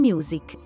Music